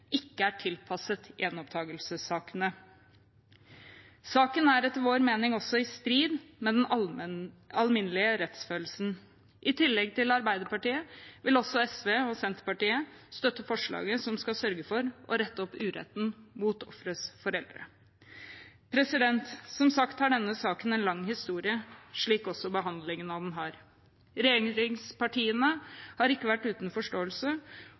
ikke er tilpasset gjenopptakelsessakene. Saken er etter vår mening også i strid med den alminnelige rettsfølelsen. I tillegg til Arbeiderpartiet vil SV og Senterpartiet støtte forslaget som skal sørge for å rette opp uretten mot ofres foreldre. Som sagt har denne saken en lang historie, slik også behandlingen av den har. Regjeringspartiene har ikke vært uten forståelse,